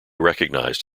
recognised